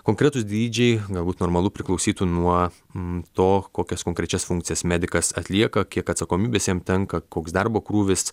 konkretūs dydžiai galbūt normalu priklausytų nuo to kokias konkrečias funkcijas medikas atlieka kiek atsakomybės jam tenka koks darbo krūvis